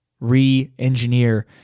re-engineer